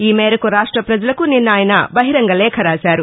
ఈ మేరకు రాష్ట్ర పజలకు నిన్న ఆయన బహిరంగ లేఖ రాశారు